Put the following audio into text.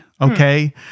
Okay